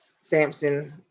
samson